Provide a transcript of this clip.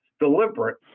deliberate